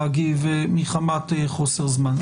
להגיב מחמת חוסר זמן.